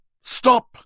stop